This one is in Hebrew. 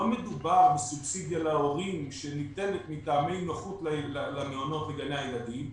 לא מדובר בסובסידיה להורים שניתנת מטעמי נוחות למעונות וגני הילדים,